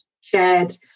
shared